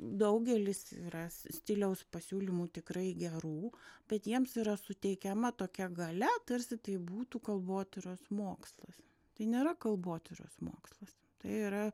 daugelis ras stiliaus pasiūlymų tikrai gerų bet jiems yra suteikiama tokia galia tarsi tai būtų kalbotyros mokslas tai nėra kalbotyros mokslas tai yra